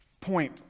point